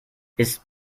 ist